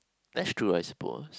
that's true I suppose